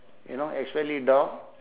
you know especially dog